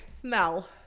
smell